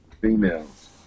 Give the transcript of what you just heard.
females